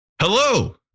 Hello